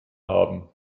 haben